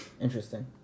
interesting